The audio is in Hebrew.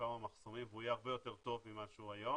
כמה מחסומים והוא יהיה הרבה יותר טוב ממה שהוא היום,